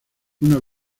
una